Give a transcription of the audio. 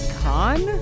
con